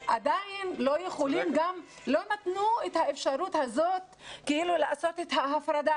לא נתנו את האפשרות הזאת כאילו לעשות את ההפרדה,